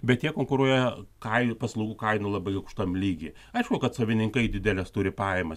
bet jie konkuruoja kainų paslaugų kainų labai aukštam lygyje aišku kad savininkai dideles turi pajamas